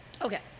Okay